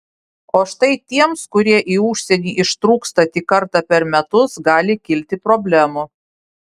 o štai tiems kurie į užsienį ištrūksta tik kartą per metus gali kilti problemų